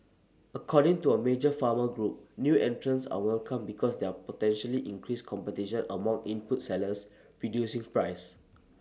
according to A major farmer group new entrants are welcome because they're potentially increase competition among input sellers reducing prices